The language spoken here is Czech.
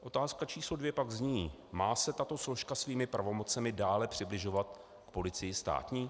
Otázka číslo dvě pak zní: Má se tato složka svými pravomocemi dále přibližovat k policii státní?